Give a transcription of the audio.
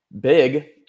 big